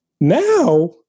Now